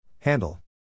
Handle